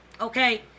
Okay